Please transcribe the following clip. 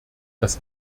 das